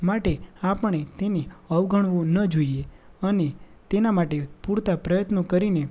માટે આપણે તેને અવગણવું ન જોઈએ અને તેના માટે પૂરતા પ્રયત્નો કરીને